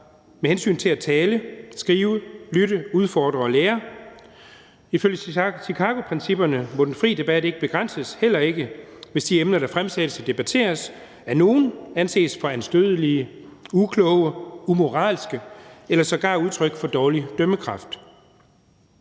med hensyn til at tale, skrive, lytte, udfordre og lære. Ifølge Chicagoprincipperne må den fri debat ikke begrænses, heller ikke, hvis de emner, der fremsættes og debatteres, af nogle anses for anstødelige, ukloge, umoralske eller sågar udtryk for dårlig dømmekraft.